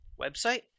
website